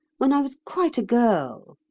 when i was quite a girl.